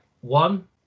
One